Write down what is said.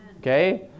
Okay